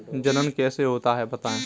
जनन कैसे होता है बताएँ?